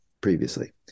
previously